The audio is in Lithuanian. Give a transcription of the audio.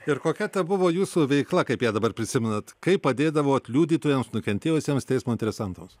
ir kokia ta buvo jūsų veikla kaip ją dabar prisimenat kaip padėdavot liudytojams nukentėjusiems teismo interesantams